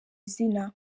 izina